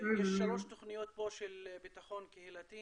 שלוש תוכניות פה של ביטחון קהילתי